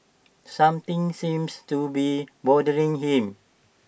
something seems to be bothering him